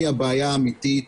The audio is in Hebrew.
היא הבעיה האמיתית.